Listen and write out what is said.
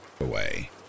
away